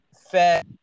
fed